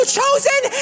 chosen